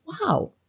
wow